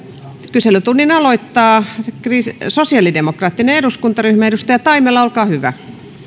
kyselytunnin aloittaa sosialidemokraattinen eduskuntaryhmä edustaja taimela olkaa hyvä